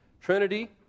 Trinity